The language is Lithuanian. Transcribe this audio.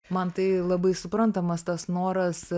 man tai labai suprantamas tas noras